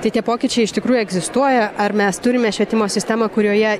tai tie pokyčiai iš tikrųjų egzistuoja ar mes turime švietimo sistemą kurioje